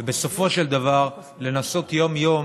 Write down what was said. ובסופו של דבר לנסות יום-יום